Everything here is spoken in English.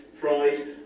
pride